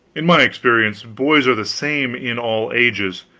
in my experience boys are the same in all ages.